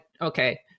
okay